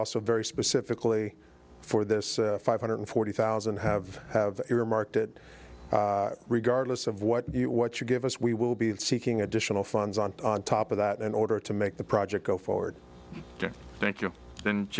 also very specifically for this five hundred forty thousand have have earmarked it regardless of what you what you give us we will be seeking additional funds on top of that in order to make the project go forward thank you